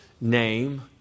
name